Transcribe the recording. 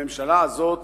הממשלה הזאת